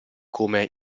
come